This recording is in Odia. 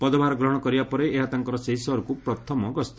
ପଦଭାର ଗ୍ରହଣ କରିବା ପରେ ଏହା ତାଙ୍କର ସେହି ସହରକୁ ପ୍ରଥମ ଗସ୍ତ